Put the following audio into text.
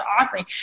offering